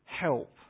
help